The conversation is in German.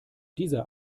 dieser